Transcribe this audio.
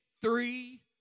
three